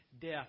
death